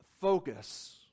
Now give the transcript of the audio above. focus